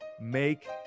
Make